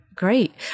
Great